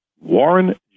Warren